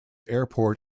airport